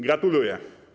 Gratuluję.